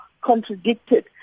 contradicted